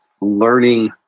learning